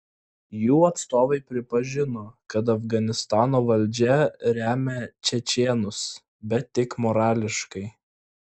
jų atstovai pripažino kad afganistano valdžia remia čečėnus bet tik morališkai